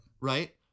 Right